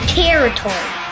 territory